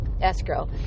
escrow